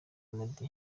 meddy